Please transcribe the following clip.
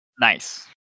Nice